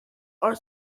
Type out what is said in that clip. are